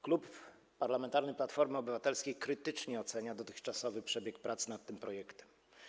Klub Parlamentarny Platforma Obywatelska krytycznie ocenia dotychczasowy przebieg prac nad tym projektem.